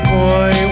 boy